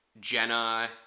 Jenna